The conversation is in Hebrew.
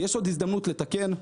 יש עוד הזדמנות לתקן.